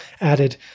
added